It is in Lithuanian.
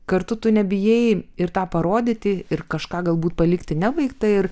kartu tu nebijai ir tą parodyti ir kažką galbūt palikti nebaigtą ir